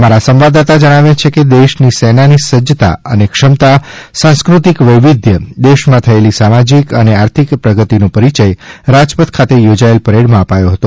મારા સંવાદદાતા જણાવે છે કે દેશની સેનાની સજ્જતા ને ક્ષમતા સાંસ્ક્રતિક વૈવિધ્ય દેશમાં થયેલી સામાજીક ૈ ને આર્થિક પ્રગતિનો પરિચય રાજપથ ખાતે યોજાયેલ પરેડમાં પાયો હતો